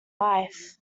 life